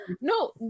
no